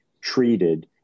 treated